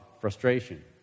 frustration